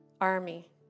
Army